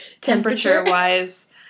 temperature-wise